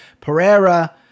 Pereira